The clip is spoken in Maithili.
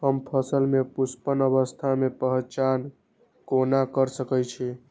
हम फसल में पुष्पन अवस्था के पहचान कोना कर सके छी?